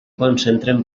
concentren